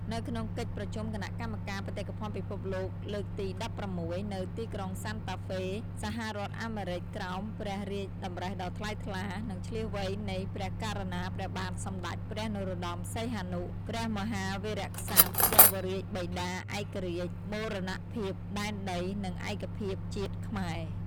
នៅក្នុងកិច្ចប្រជុំគណ:កម្មការបេតិកភណ្ឌពិភពលោកលើកទី១៦ នៅទីក្រុងសាន់តាហ្វេ សហរដ្ឋអាមេរិកក្រោមព្រះរាជតម្រិៈដ៏ថ្លៃថ្លា និងឈ្លាសវៃនៃព្រះករុណាព្រះបាទសម្តេចព្រះ នរោត្តម សីហនុ ព្រះមហាវីរក្សត្រព្រះវររាជបិតាឯករាជ្យ បូរណភាពដែនដី និង ឯកភាពជាតិខ្មែរ។